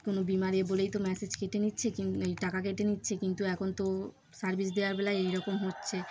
কোনো বিমার বলেই তো মেসেজ কেটে নিচ্ছে ক এই টাকা কেটে নিচ্ছে কিন্তু এখন তো সার্ভিস দেওয়ার বেলায় এইরকম হচ্ছে